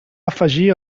afegir